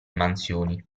mansioni